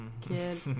kid